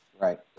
Right